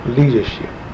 leadership